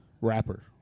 Rapper